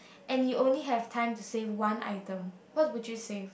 and you only have time to save one item what would you save